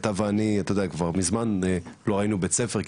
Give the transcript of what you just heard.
אתה ואני כבר ממזמן לא ראינו בית ספר,